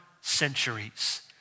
centuries